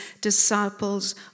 disciples